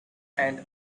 and